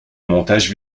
montage